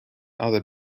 other